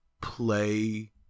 play